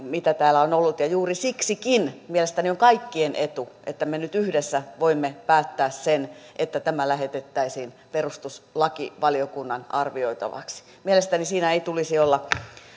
mitä täällä on ollut ja juuri siksi mielestäni on kaikkien etu että me nyt yhdessä voimme päättää sen että tämä lähetettäisiin perustuslakivaliokunnan arvioitavaksi mielestäni siinä ei tulisi olla